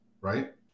right